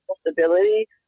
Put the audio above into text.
stability